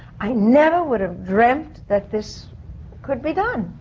i never would have dreamt that this could be done.